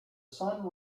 sun